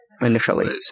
initially